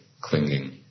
clinging